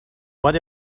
what